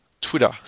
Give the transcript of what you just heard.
Twitter